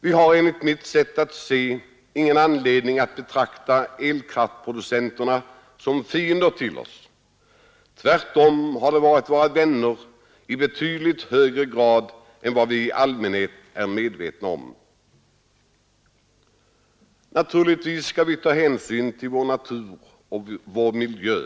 Vi har enligt mitt sätt att se ingen anledning att betrakta elkraftproducenterna som fiender till oss. Tvärtom har de varit våra vänner i betydligt högre grad än vad vi i allmänhet är medvetna om. Naturligtvis skall vi ta hänsyn till vår natur och vår miljö.